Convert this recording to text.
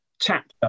chapter